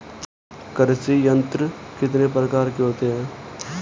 कृषि यंत्र कितने प्रकार के होते हैं?